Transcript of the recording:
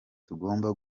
tugomba